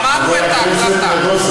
שמענו את ההקלטה.